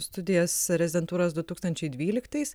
studijas rezidentūros du tūkstančiai dvyliktais